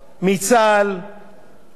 שנתנה ותרמה,